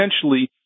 potentially